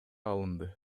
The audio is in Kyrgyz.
алынды